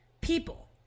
people